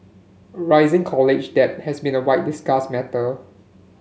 rising college debt has been a wide discussed matter